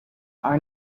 are